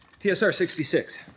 TSR-66